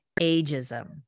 ageism